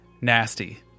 nasty